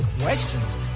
questions